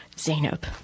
Zainab